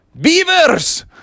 beavers